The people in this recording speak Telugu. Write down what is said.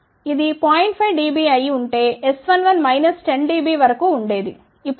5 డిబి అయి ఉంటే S11 మైనస్ 10 డిబి వరకు ఉండే ది